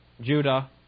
Judah